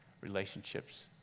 relationships